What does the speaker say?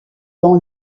dans